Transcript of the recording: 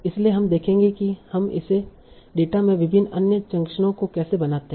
इसलिए हम देखेंगे कि हम इसे डेटा में विभिन्न अन्य जंक्शनों को कैसे बनाते हैं